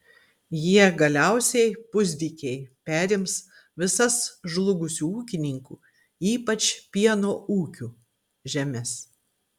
jie galiausiai pusdykiai perims visas žlugusių ūkininkų ypač pieno ūkių žemes